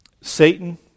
Satan